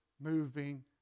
moving